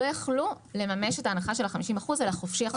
יכלו לממש את ההנחה של ה-50% על החופשי-חודשי.